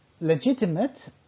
legitimate